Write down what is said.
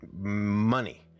money